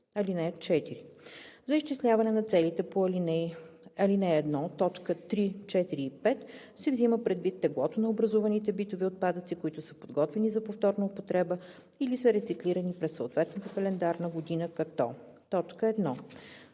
За изчисляване на целите по ал. 1, т. 3, 4 и 5 се взема предвид теглото на образуваните битови отпадъци, които са подготвени за повторна употреба или са рециклирани през съответната календарна година, като: 1.